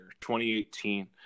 2018